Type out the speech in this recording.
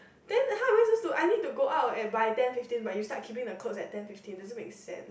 then how I suppose to I need to go out at by ten fifteen but you starts keeping the cloths ten fifteen doesn't make sense